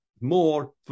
more